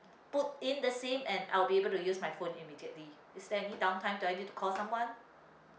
put in the SIM and I'll be able to use my phone immediately is there any downtime do I need to call someone